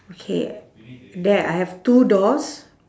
okay there I have two doors